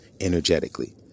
energetically